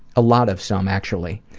a lot of some, actually.